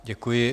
Děkuji.